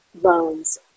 loans